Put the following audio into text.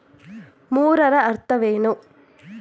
ಮೂರರ ಅರ್ಥವೇನು?